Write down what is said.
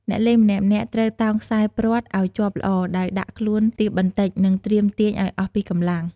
អ្នកលេងម្នាក់ៗត្រូវតោងខ្សែព្រ័ត្រឱ្យជាប់ល្អ ដោយដាក់ខ្លួនទាបបន្តិច និងត្រៀមទាញឱ្យអស់ពីកម្លាំង។